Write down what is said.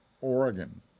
Oregon